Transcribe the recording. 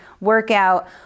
workout